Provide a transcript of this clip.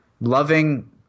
loving